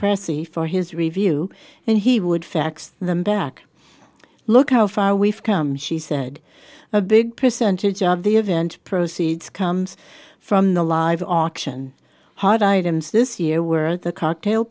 percy for his review and he would fax them back look how far we've come she said a big percentage of the event proceeds comes from the live auction hot items this year were the cocktail